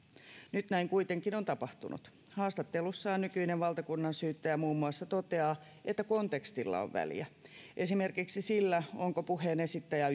nyt näin kuitenkin on tapahtunut haastattelussaan nykyinen valtakunnansyyttäjä muun muassa toteaa että kontekstilla on väliä esimerkiksi sillä onko puheen esittäjä